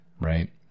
right